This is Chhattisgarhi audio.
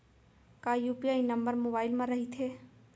का यू.पी.आई नंबर मोबाइल म रहिथे?